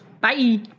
Bye